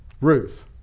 Ruth